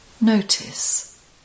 Notice